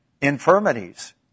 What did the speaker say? infirmities